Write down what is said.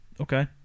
Okay